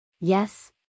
Yes